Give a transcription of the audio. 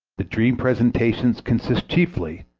the dream presentations consist chiefly,